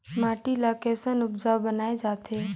माटी ला कैसन उपजाऊ बनाय जाथे?